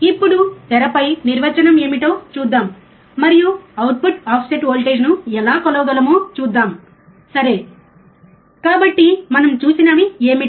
ఇప్పుడు తెరపై నిర్వచనం ఏమిటో చూద్దాం మరియు అవుట్పుట్ ఆఫ్సెట్ వోల్టేజ్ను ఎలా కొలవగలమొ చూద్దాం సరే కాబట్టి మనం చూసినవి ఏమిటి